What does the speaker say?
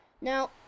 Now